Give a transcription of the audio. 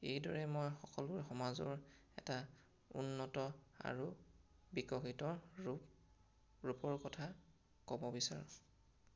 এইদৰে মই সকলোৰ সমাজৰ এটা উন্নত আৰু বিকশিত ৰূপ ৰূপৰ কথা ক'ব বিচাৰোঁ